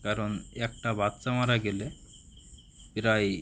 কারণ একটা বাচ্চা মারা গেলে প্রায়